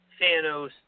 Thanos